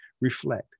Reflect